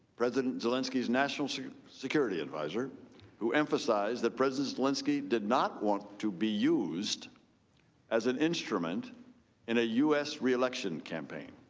president zelensky's national security advisor who emphasize that president zelensky did not want to be used as an instrument in a u. s. reelection campaign.